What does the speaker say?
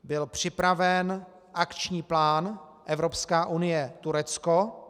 Byl připraven Akční plán Evropská unie Turecko.